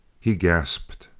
he gasped.